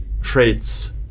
traits